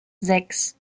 sechs